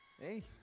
Hey